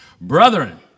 Brethren